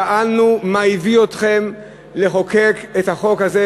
שאלנו מה הביא אתכם לחוקק את החוק הזה